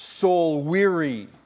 soul-weary